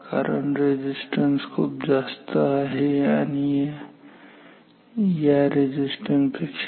कारण रेझिस्टन्स खूप जास्त आहे या रेझिस्टन्स पेक्षा